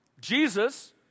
Jesus